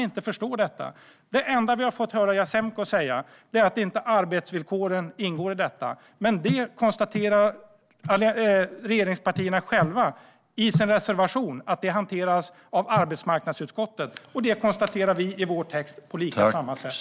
Det enda som vi hört från Jasenko är att arbetsvillkoren inte ingår, men regeringspartierna själva konstaterar i sin reservation att detta hanteras av arbetsmarknadsutskottet, och det konstaterar också vi i vår text.